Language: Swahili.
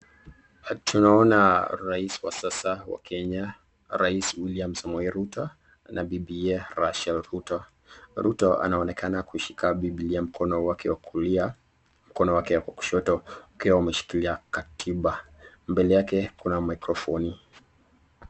Tunaona rais wa sasa wa Kenya, rais Wlliam Samoei Ruto na bibiye Rachael Ruto. Ruto anaonekana kushika bibilia mkono wake wa kulia, mkono wake wa kushoto ukiwa umeshikilia katiba. Mbele yake kuna maikrofoni.